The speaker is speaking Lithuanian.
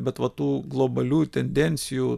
bet va tų globalių tendencijų